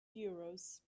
euros